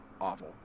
awful